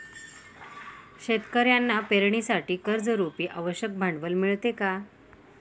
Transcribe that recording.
शेतकऱ्यांना पेरणीसाठी कर्जरुपी आवश्यक भांडवल मिळते का?